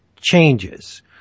changes